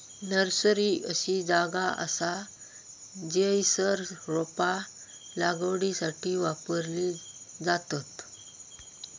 nursery अशी जागा असा जयसर रोपा लागवडीसाठी वापरली जातत